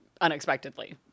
unexpectedly